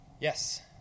Yes